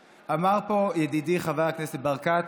הבדלות: אמר פה ידידי חבר הכנסת ברקת,